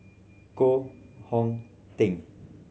Koh Hong Teng